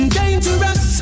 dangerous